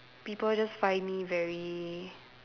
people just find me very